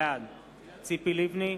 בעד ציפי לבני,